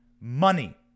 money